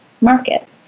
market